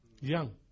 young